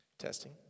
testing